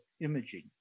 imaging